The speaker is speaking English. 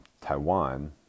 taiwan